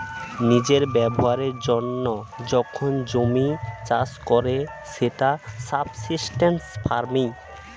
নিজের ব্যবহারের জন্য যখন জমি চাষ করে সেটা সাবসিস্টেন্স ফার্মিং